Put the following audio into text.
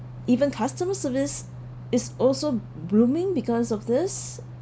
even customer service is also blooming because of this